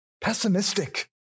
pessimistic